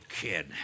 Kid